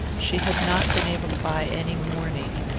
she had not been able to buy any mourning,